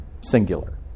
singular